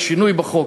לשינוי בחוק,